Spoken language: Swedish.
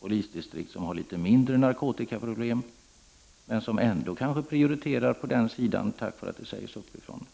polisdistrikt som har litet mindre narkotikaproblem men som kanske ändå prioriterar på den sidan, därför att det sägs till uppifrån.